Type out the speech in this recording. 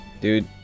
dude